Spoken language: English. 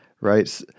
right